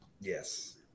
yes